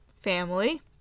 family